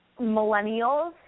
millennials